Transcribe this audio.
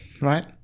Right